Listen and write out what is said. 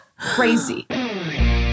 crazy